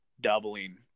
doubling